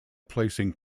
placing